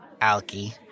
alki